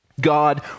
God